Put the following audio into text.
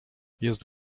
jest